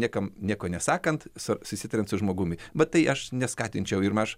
niekam nieko nesakant su susitariant su žmogumi bet tai aš neskatinčiau ir aš